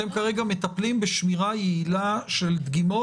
אתם כרגע מטפלים בשמירה יעילה של דגימות